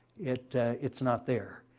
it's it's not there.